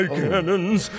cannons